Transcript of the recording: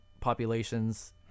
populations